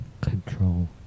control